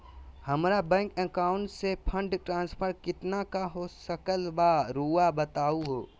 हमरा bank account से fund transfer कितना का हो सकल बा रुआ बताई तो?